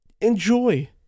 enjoy